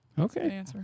Okay